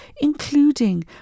including